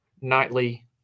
nightly